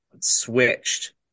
switched